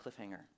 cliffhanger